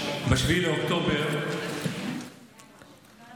ב-7 באוקטובר קרה